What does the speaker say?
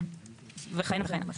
וכהנה וכהנה.